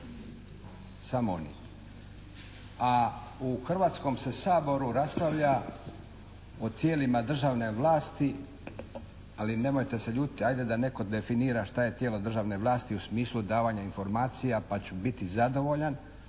Samo oni, a u Hrvatskom se saboru raspravlja o tijelima državne vlasti, ali nemojte se ljutiti ajde da netko definira šta je tijelo državne vlasti u smislu davanja informacija pa ću biti zadovoljan,